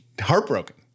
heartbroken